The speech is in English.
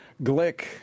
Glick